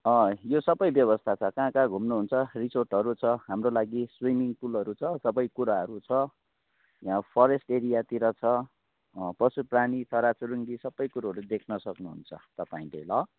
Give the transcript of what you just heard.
यो सबै व्यवस्था छ कहाँ कहाँ घुम्नु हुन्छ रिसोर्टहरू छ हाम्रो लागि स्विमिङ पुलहरू छ सबै कुराहरू छ यहाँ फरेस्ट एरियातिर छ पशुप्राणी चराचुरुङ्गी सबै कुरोहरू देख्न सक्नुहुन्छ तपाईँले ल